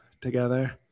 together